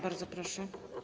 Bardzo proszę.